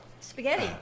spaghetti